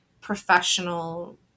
professional